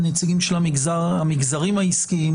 הן מהנציגים של המגזרים העסקיים,